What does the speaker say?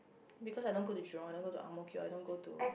because I don't go to Jurong I don't go to Ang Mo Kio I don't go to